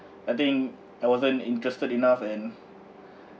I think I wasn't interested enough and